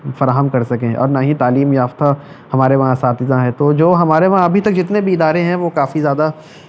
فراہم کر سکیں اور نہ ہی تعلیم یافتہ ہمارے وہاں اساتذہ ہیں تو جو ہمارے وہاں ابھی تک جتنے بھی ادارے ہیں وہ کافی زیادہ